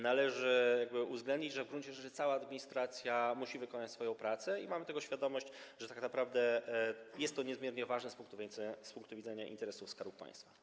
Należy uwzględnić, że w gruncie rzeczy cała administracja musi wykonać swoją pracę, i mamy tego świadomość, że tak naprawdę jest to niezmiernie ważne z punktu widzenia interesów Skarbu Państwa.